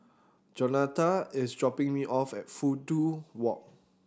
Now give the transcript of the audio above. Jonatan is dropping me off at Fudu Walk